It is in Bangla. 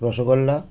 রসগোল্লা